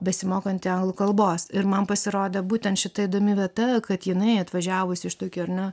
besimokanti anglų kalbos ir man pasirodė būtent šita įdomi vieta kad jinai atvažiavusi iš tokio ar ne